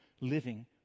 living